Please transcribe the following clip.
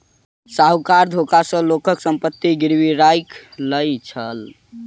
साहूकार धोखा सॅ लोकक संपत्ति गिरवी राइख लय छल